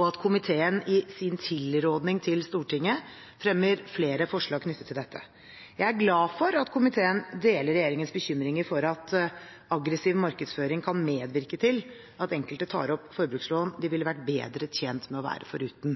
og at komiteen i sin tilråding til Stortinget fremmer flere forslag knyttet til dette. Jeg er glad for at komiteen deler regjeringens bekymringer for at aggressiv markedsføring kan medvirke til at enkelte tar opp forbrukslån de ville vært bedre tjent med å være foruten.